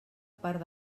part